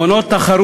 זה מונע תחרות.